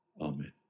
Amen